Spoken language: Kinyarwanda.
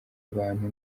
abantu